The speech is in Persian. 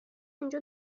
اینجا